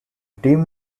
team